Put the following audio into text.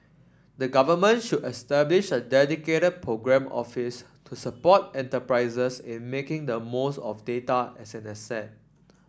the government should establish a dedicated programme office to support enterprises in making the most of data as an asset